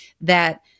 that-